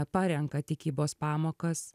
parenka tikybos pamokas